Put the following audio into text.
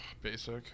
Basic